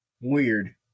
Weird